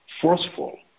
forceful